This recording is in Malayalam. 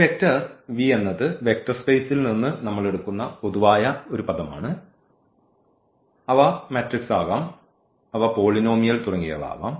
ഈ വെക്റ്റർ v എന്നത് വെക്റ്റർ സ്പേസിൽ നിന്ന് നമ്മൾ എടുക്കുന്ന പൊതുവായ പദമാണ് അവ മെട്രിക്സ് ആകാം അവ പോളിനോമിയൽ തുടങ്ങിയവ ആകാം